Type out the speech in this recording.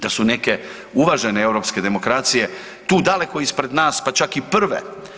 Da su neke uvažene europske demokracije tu daleko ispred nas pa čak i prve.